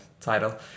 title